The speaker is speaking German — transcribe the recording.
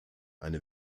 eine